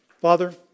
Father